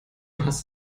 hast